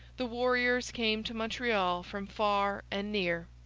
the warriors came to montreal from far and near.